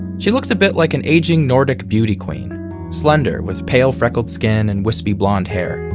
she looks a bit like an aging nordic beauty queen slender with pale freckled skin and wispy blonde hair.